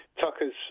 Tucker's